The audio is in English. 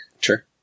Sure